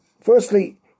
firstly